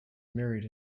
married